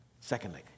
Secondly